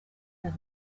than